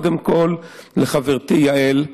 קודם כול לחברתי יעל,